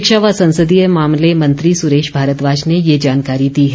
शिक्षा व संसदीय मामले मंत्री सुरेश भारद्वाज ने ये जानकारी दी है